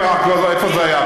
אולי בבני ברק, איפה זה היה?